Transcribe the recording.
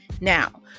now